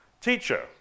Teacher